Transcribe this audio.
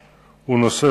(לא נקראה, נמסרה